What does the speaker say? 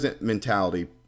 mentality